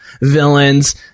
villains